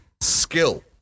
skill